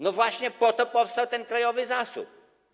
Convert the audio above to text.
No właśnie po to powstał ten krajowy zasób.